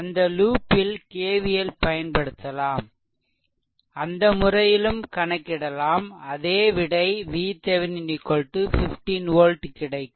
அந்த லூப் ல் K V L பயன்படுத்தலாம் அந்த முறையிலும் கணக்கிடலாம் அதே விடை VThevenin 15 volt கிடைக்கும்